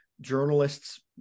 journalists